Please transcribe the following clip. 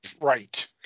right